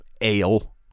ale